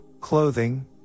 clothing